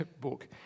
book